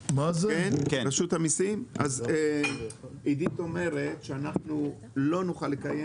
מנהלת הוועדה אומרת שאנחנו לא נוכל לקיים